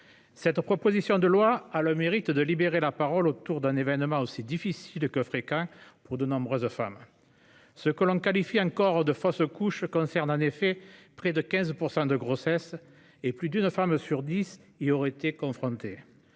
cette proposition de loi a le mérite de libérer la parole sur un événement aussi difficile que fréquent pour de nombreuses femmes. Ce que l'on qualifie encore de « fausse couche » concerne en effet près de 15 % des grossesses et plus d'une femme sur dix y aurait été confrontée.